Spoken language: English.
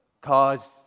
cause